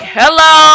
hello